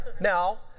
Now